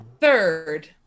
Third